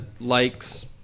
likes